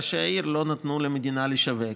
ראשי הערים לא נתנו למדינה לשווק,